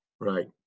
Right